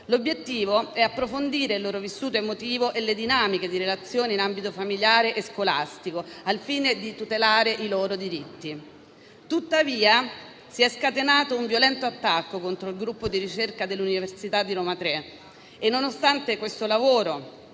L'obiettivo è approfondire il loro vissuto emotivo e le dinamiche di relazione in ambito familiare e scolastico, al fine di tutelare i loro diritti. Si è tuttavia scatenato un violento attacco contro il gruppo di ricerca dell'Università Roma Tre e, nonostante questo lavoro